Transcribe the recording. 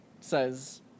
says